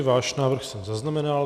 Váš návrh jsem zaznamenal.